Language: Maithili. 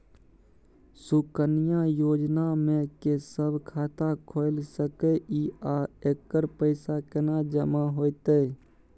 सुकन्या योजना म के सब खाता खोइल सके इ आ एकर पैसा केना जमा होतै?